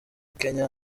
kenya